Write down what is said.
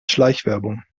schleichwerbung